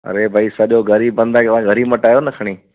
अड़े भई सॼो घरु ई बंदि आहे घरु ई मटायो न खणी